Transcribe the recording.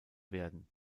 werden